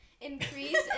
increase